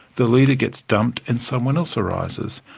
the leader gets dumped and someone else arises.